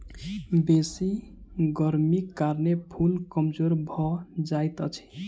बेसी गर्मीक कारणें फूल कमजोर भअ जाइत अछि